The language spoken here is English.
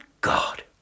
god